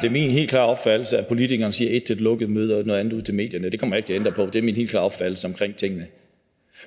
Det er min helt klare opfattelse, at politikerne siger et til et lukket møde og noget andet udenfor til medierne; det kommer jeg ikke til at ændre på, for det er min helt klare opfattelse af tingene.